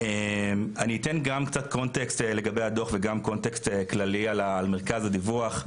אני אתן גם קצת קונטקסט לגבי הדוח וגם קונטקסט כללי על מרכז הדיווח.